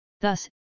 Thus